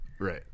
Right